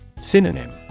Synonym